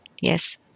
Yes